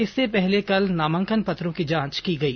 इससे पहले कल नामांकन पत्रों की जांच की गई